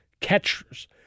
catchers